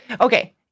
okay